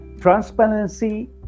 transparency